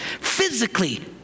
physically